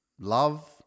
Love